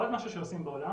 עוד משהו שעושים בעולם,